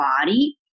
body